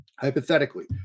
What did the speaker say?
Hypothetically